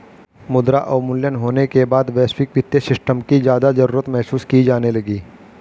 मुद्रा अवमूल्यन होने के बाद वैश्विक वित्तीय सिस्टम की ज्यादा जरूरत महसूस की जाने लगी